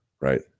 right